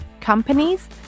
Companies